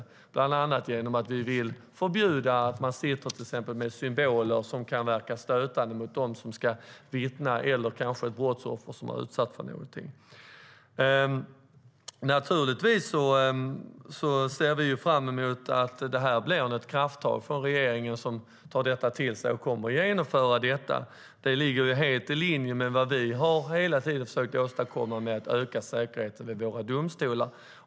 Det gör vi bland annat genom att vi exempelvis vill förbjuda att man sitter med symboler som kan verka stötande för dem som ska vittna eller kanske för brottsoffer som har utsatts för någonting. Vi ser fram emot att regeringen tar ett krafttag, tar detta till sig och kommer att genomföra detta. Det ligger helt i linje med vad vi har försökt åstadkomma hela tiden när det gäller att öka säkerheten vid våra domstolar.